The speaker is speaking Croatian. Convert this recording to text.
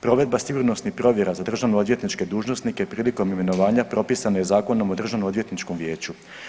Provedba sigurnosnih provjera za državno-odvjetničke dužnosnike prilikom imenovanja propisano je Zakonom o državno odvjetničkom vijeću.